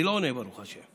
אני לא עונה ברוך השם.